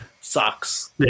Sucks